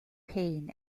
pain